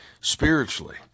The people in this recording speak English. spiritually